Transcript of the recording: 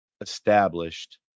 established